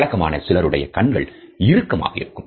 வழக்கமாக சிலருடைய கண்கள் இறுக்கமாக இருக்கும்